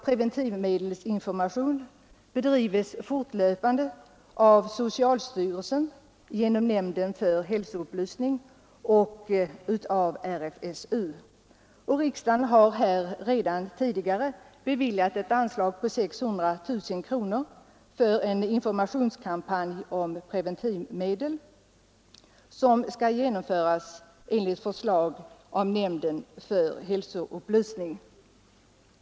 Preventivmedelsinformation bedrivs fortlöpande av socialstyrelsen genom nämnden för hälsoupplysning och av RFSU. Riksdagen har redan tidigare i år beviljat ett anslag på 600 000 kronor för en informationskampanj om preventivmedel som skall genom föras efter förslag av nämnden för hälsoupplysning.